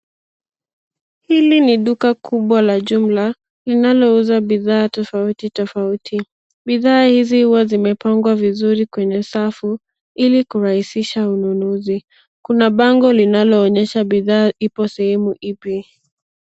Hili ni duka kubwa la jumla, linalouza bidhaa tofauti tofauti. Bidhaa hizi huwa zimepangwa vizuri kwenye safu, ili kurahisisha ununuzi. Kuna bango linaloonyesha bidhaa ipo sehemu ipi.